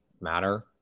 matter